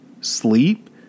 sleep